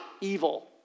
evil